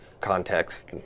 context